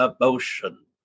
emotion